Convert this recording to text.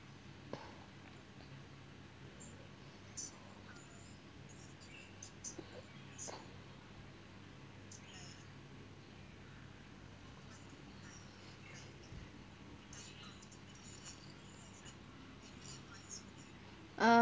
uh